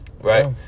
right